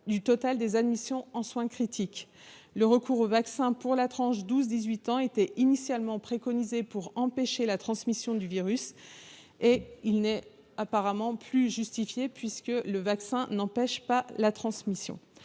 du total des admissions en soins critiques. Le recours aux vaccins pour la tranche 12-18 ans était initialement préconisé pour empêcher la transmission du virus au reste de la population. Ce n'est plus justifié, puisque le vaccin n'empêche pas cette transmission.